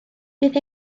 bydd